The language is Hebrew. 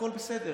הכול בסדר.